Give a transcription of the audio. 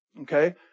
okay